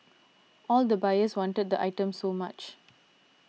all the buyers wanted the items so much